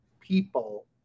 people